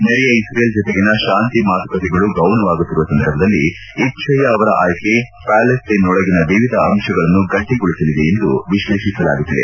ನೆರೆಯ ಇಸ್ತೇಲ್ ಜೊತೆಗಿನ ಶಾಂತಿ ಮಾತುಕತೆಗಳು ಗೌಣವಾಗುತ್ತಿರುವ ಸಂದರ್ಭದಲ್ಲಿ ಇಶ್ತಯ್ತ ಅವರ ಆಯ್ಲೆ ಪ್ಟಾಲೇಸ್ತೇನ್ನೊಳಗಿನ ವಿವಿಧ ಅಂತಗಳನ್ನು ಗಟ್ಟಗೊಳಸಲಿದೆ ಎಂದು ವಿಶ್ಲೇಷಿಸಲಾಗುತ್ತಿದೆ